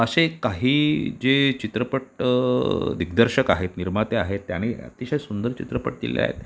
असे काही जे चित्रपट दिग्दर्शक आहेत निर्माते आहेत त्यांनी अतिशय सुंदर चित्रपट दिले आहेत